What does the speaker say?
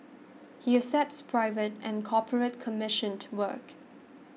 he accepts private and corporate commissioned work